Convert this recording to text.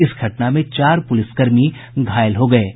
इस घटना में चार पुलिसकर्मी घायल हो गये हैं